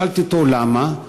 שאלתי אותו למה,